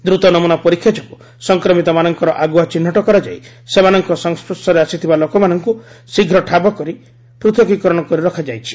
ଦ୍ରତ ନମୁନା ପରୀକ୍ଷା ଯୋଗୁଁ ସଂକ୍ରମିତମାନଙ୍କର ଆଗୁଆ ଚିହ୍ନଟ କରାଯାଇ ସେମାନଙ୍କ ସଂସ୍କର୍ଶରେ ଆସିଥିବା ଲୋକମାନଙ୍କୁ ଶୀର୍ଘ ଠାବ କରି ପୂଥିକୀକରଣ କରି ରଖାଯାଇଛି